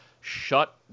shut